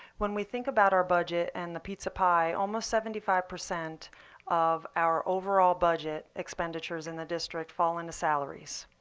when we think about our budget and the pizza pie, almost seventy five percent of our overall budget expenditures in the district fall into salaries.